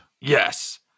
Yes